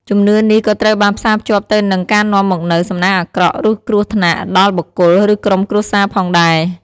ជំនឿនេះក៏ត្រូវបានផ្សារភ្ជាប់ទៅនឹងការនាំមកនូវ សំណាងអាក្រក់ ឬគ្រោះថ្នាក់ ដល់បុគ្គល ឬក្រុមគ្រួសារផងដែរ។